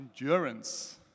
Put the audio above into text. endurance